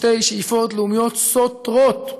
שתי שאיפות לאומיות סותרות.